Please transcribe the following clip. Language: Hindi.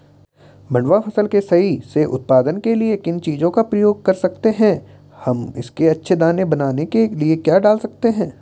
मंडुवा फसल के सही से उत्पादन के लिए किन चीज़ों का प्रयोग कर सकते हैं हम इसके अच्छे दाने बनाने के लिए क्या डाल सकते हैं?